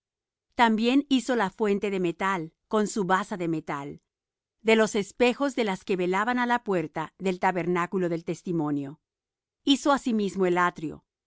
también hizo la fuente de metal con su basa de metal de los espejos de las que velaban á la puerta del tabernáculo del testimonio hizo asimismo el atrio á